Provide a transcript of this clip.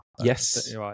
Yes